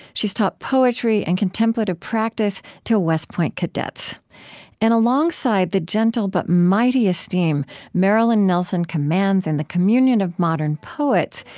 she's taught poetry and contemplative practice to west point cadets and alongside the gentle but mighty esteem, marilyn nelson commands in the communion of modern poets.